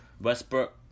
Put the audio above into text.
Westbrook